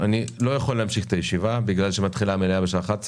אנחנו צריכים לנעול את הישיבה כי המליאה מתחילה.